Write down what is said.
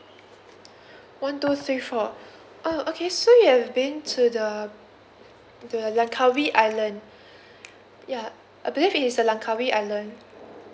one two three four oh okay so you have been to the the langkawi island ya I believe is the langkawi island